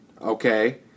okay